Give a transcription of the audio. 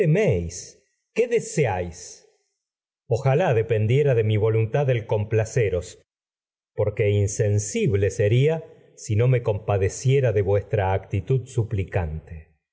qué seáis ojalá dependiera de mi voluntad el complaceros porque tra insensible seria si no me compadeciera de vues suplicante actitud